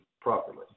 properly